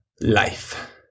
life